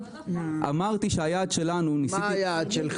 אמרתי שהיעד שלנו --- מה היעד שלכם?